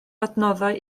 adnoddau